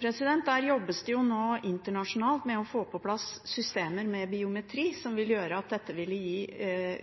Det jobbes nå internasjonalt med å få på plass systemer med biometri, som vil gjøre at dette ville gi